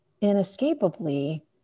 inescapably